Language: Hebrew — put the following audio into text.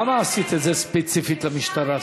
למה עשית את זה ספציפית למשטרה?